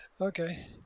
Okay